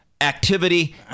activity